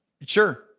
Sure